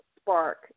spark